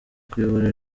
kuyobora